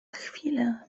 chwilę